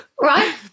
Right